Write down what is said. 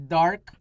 dark